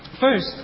first